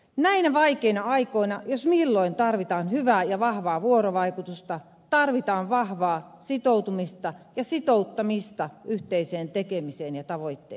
näinä vaikeina aikoina jos milloin tarvitaan hyvää ja vahvaa vuorovaikutusta tarvitaan vahvaa sitoutumista ja sitouttamista yhteiseen tekemiseen ja tavoitteisiin